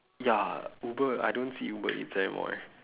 ya uber I don't see uber eats anymore eh